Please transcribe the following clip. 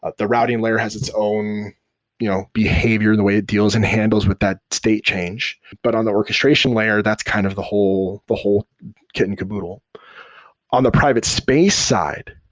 ah the routing layer has its own you know behavior the way it deals and handles with that state change. but on the orchestration layer, that's kind of the whole the whole kit and caboodle on the private space side,